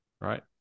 Right